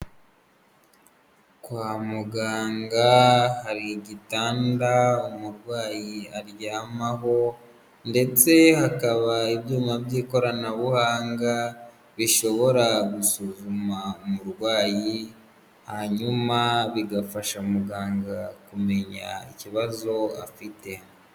Kwa muganga hari igitanda umurwayi aryamaho ndetse hakaba ibyuma by'ikoranabuhanga, bishobora gusuzuma umurwayi, hanyuma bigafasha muganga kumenya ikibazo afite.